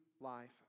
life